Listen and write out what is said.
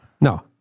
No